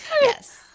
yes